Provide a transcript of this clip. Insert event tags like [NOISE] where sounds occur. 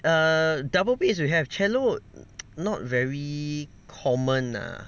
err double bass we have cello [NOISE] not very common ah